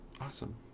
awesome